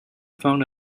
fond